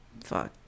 Fuck